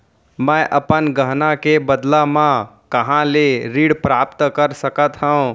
मै अपन गहना के बदला मा कहाँ ले ऋण प्राप्त कर सकत हव?